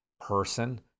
person